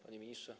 Panie Ministrze!